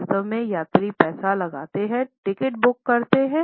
वास्तव में यात्री पैसा लगाते हैं टिकट बुक करते हैं